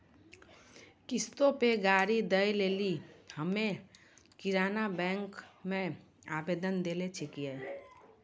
किश्तो पे गाड़ी दै लेली हम्मे केनरा बैंको मे आवेदन देने छिये